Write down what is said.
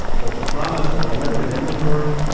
with the promise of unlimited inventory,